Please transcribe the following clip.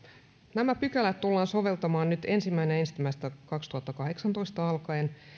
nämä pykälät tullaan soveltamaan nyt ensimmäinen ensimmäistä kaksituhattakahdeksantoista alkaen